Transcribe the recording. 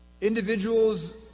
individuals